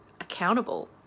accountable